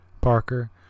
Parker